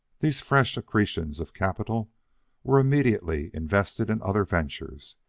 these fresh accretions of capital were immediately invested in other ventures.